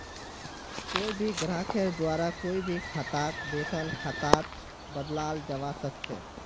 कोई भी ग्राहकेर द्वारा कोई भी खाताक वेतन खातात बदलाल जवा सक छे